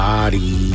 Body